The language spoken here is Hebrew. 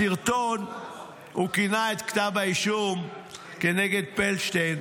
בסרטון הוא כינה את כתב האישום כנגד פלדשטיין: